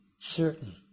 certain